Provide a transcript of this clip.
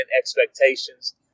expectations